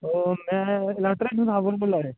ओह् में इलैक्ट्रिशियन जनाब होर बोल्ला दे